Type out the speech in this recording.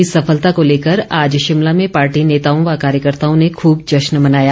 इस सफलता को लेकर आज शिमला में पार्टी नेताओं व कार्यकर्ताओं ने खुब जश्न मनाया